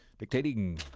dictating.